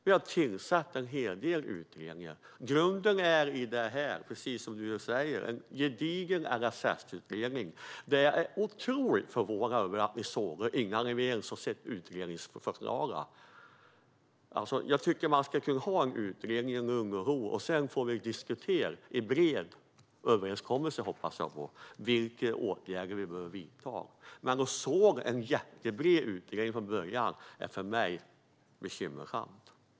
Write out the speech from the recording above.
Vi har tillsatt en hel del utredningar. Grunden i det är, precis som du säger, en gedigen LSS-utredning. Jag är otroligt förvånad över att ni sågar den innan ni ens har sett utredningsförslagen. Man ska kunna ha en utredning i lugn och ro. Sedan får vi diskutera vilka åtgärder vi behöver vidta, och jag hoppas att vi får en bred överenskommelse. Att såga en mycket bred utredning från början är för mig bekymmersamt.